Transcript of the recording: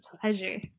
pleasure